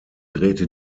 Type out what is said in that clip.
drehte